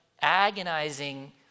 agonizing